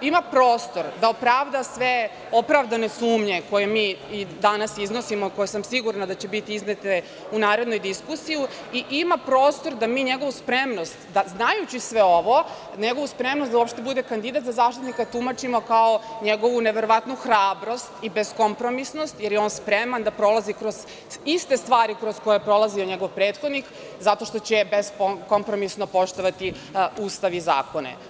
ima prostor da opravda sve opravdane sumnje koje mi i danas iznosimo i koje sam sigurna da će biti iznete u narednoj diskusiji i ima prostor da mi njegovu spremnost, da znajući sve ovo, njegovu spremnost da uopšte bude kandidat za Zaštitnika, tumačimo kao njegovu neverovatnu hrabrost i beskompromisnost, jer je on spreman da prolazi kroz iste stvari kroz koje je prolazio njegov prethodnik, zato što će beskompromisno poštovati Ustav i zakone.